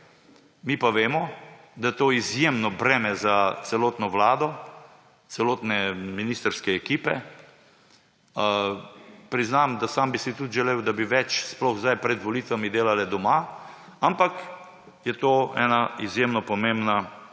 mi pa vemo, da je to izjemno breme za celotno vlado, celotne ministrske ekipe. Priznam, da bi si sam tudi želel, da bi več, sploh zdaj pred volitvami, delali doma, ampak je to ena izjemno pomembna naloga.